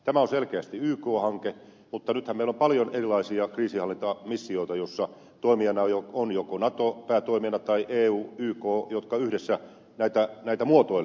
tämä on selkeästi yk hanke mutta nythän meillä on paljon erilaisia kriisinhallintamissioita joissa toimijana on joko nato päätoimijana tai eu yk jotka yhdessä näitä muotoilevat